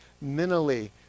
mentally